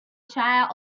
shire